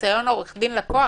עורך דין-לקוח,